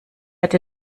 hatte